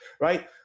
right